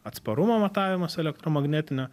atsparumo matavimas elektromagnetinio